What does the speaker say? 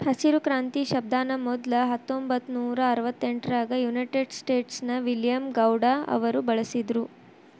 ಹಸಿರು ಕ್ರಾಂತಿ ಶಬ್ದಾನ ಮೊದ್ಲ ಹತ್ತೊಂಭತ್ತನೂರಾ ಅರವತ್ತೆಂಟರಾಗ ಯುನೈಟೆಡ್ ಸ್ಟೇಟ್ಸ್ ನ ವಿಲಿಯಂ ಗೌಡ್ ಅವರು ಬಳಸಿದ್ರು